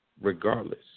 regardless